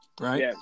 Right